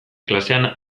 klasean